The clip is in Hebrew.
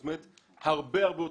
זאת אומרת הרבה יותר גדול.